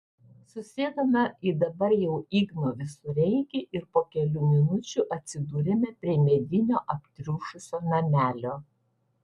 susėdome į dabar jau igno visureigį ir po kelių minučių atsidūrėme prie medinio aptriušusio namelio